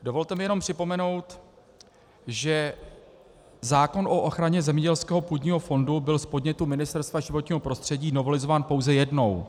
Dovolte mi jenom připomenout, že zákon o ochraně zemědělského půdního fondu byl z podnětu Ministerstva životního prostředí novelizován pouze jednou.